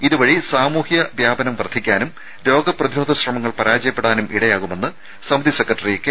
ഇതുവഴി സാമൂഹിക വ്യാപനം വർദ്ധിക്കാനും രോഗ പ്രതിരോധ ശ്രമങ്ങൾ പരാജയപ്പെടാനും ഇടയാകുമെന്ന് സമിതി സെക്രട്ടറി കെ